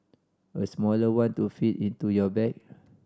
a smaller one to fit into your bag